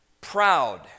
proud